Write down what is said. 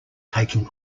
taking